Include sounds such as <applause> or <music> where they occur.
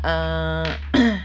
err <coughs>